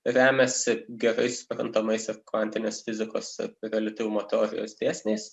remiasi gerai suprantamais ir kvantinės fizikos reliatyvumo teorijos dėsniais